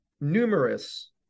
numerous